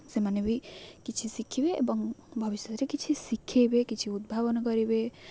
ସେମାନେ ବି କିଛି ଶିଖିବେ ଏବଂ ଭବିଷ୍ୟତରେ କିଛି ଶିଖାଇବେ କିଛି ଉଦ୍ଭାବନ କରିବେ